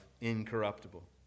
incorruptible